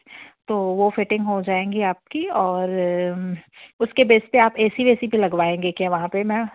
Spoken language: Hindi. तो वह फिटिंग हो जाएँगे आपकी और उसके बेस पर आप ए सी वेसी पर भी लगवाएँगे क्या वहाँ पर मैम